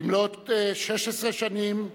מכבדים בקימה את זכרו